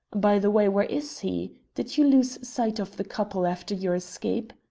by the way, where is he? did you lose sight of the couple after your escape?